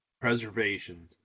preservation